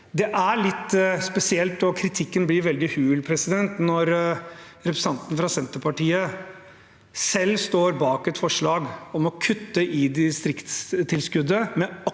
Det er litt spesielt, og kritikken blir veldig hul, når representanten fra Senterpartiet selv står bak et forslag om å kutte i distriktstilskuddet, med akkurat